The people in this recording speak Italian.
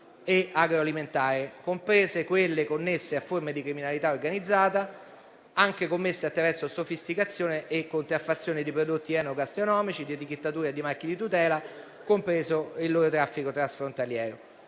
e agroalimentare, comprese quelle connesse a forme di criminalità organizzata, commesse anche attraverso sofisticazione e contraffazione di prodotti enogastronomici, di etichettatura e di marchi di tutela, compreso il loro traffico transfrontaliero.